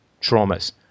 traumas